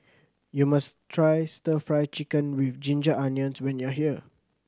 you must try Stir Fry Chicken with ginger onions when you are here